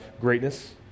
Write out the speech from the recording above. greatness